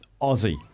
Aussie